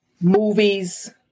movies